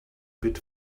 bit